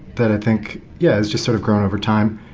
but think, yeah it's just sort of grown over time.